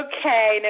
Okay